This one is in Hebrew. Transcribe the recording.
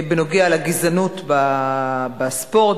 בנוגע לגזענות בספורט,